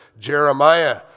Jeremiah